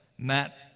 Matt